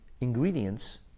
ingredients